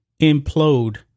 implode